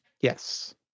Yes